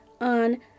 on